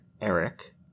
Eric